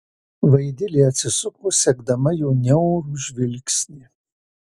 vaidilė atsisuko sekdama jo niaurų žvilgsnį